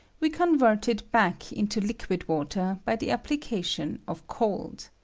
we convert it back into liquid water by the application of cold.